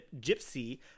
Gypsy